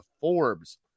Forbes